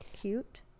cute